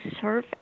serve